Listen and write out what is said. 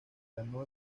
ganó